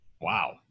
Wow